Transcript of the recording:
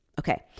okay